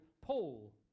Paul